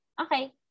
Okay